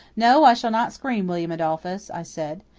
no, i shall not scream, william adolphus, i said.